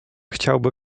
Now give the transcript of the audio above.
chciałby